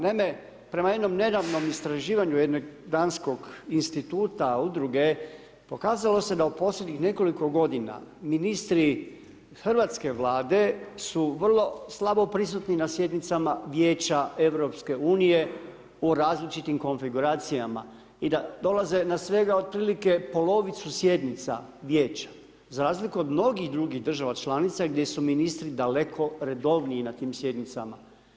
Naime, prema jednom nedavnom istraživanju jednog danskog instituta, udruge, pokazalo se da u posljednjih nekoliko godina ministri hrvatske Vlade su vrlo slabo prisutni na sjednicama Vijeća EU u različitim konfiguracijama i da dolaze na svega otprilike polovicu sjednica Vijeća za razliku od mnogih drugih država članica gdje su ministri daleko redovniji na tim sjednicama.